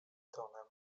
tonem